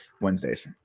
Wednesdays